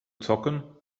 zocken